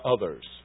others